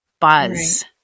buzz